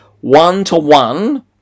one-to-one